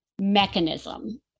mechanism